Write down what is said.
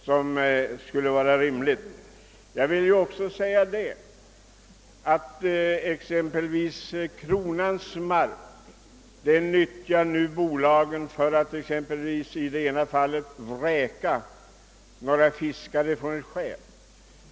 Bolagen utnyttjar nu kronans mark för att t.ex. vräka några fiskare från ett skär.